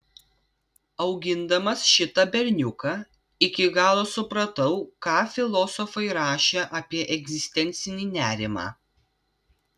augindamas šitą berniuką iki galo supratau ką filosofai rašė apie egzistencinį nerimą